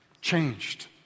changed